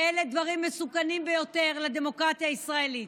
ואלה דברים מסוכנים ביותר לדמוקרטיה הישראלית.